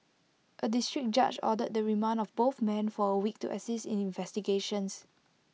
A District Judge ordered the remand of both men for A week to assist in investigations